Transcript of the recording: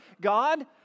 God